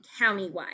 countywide